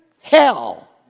hell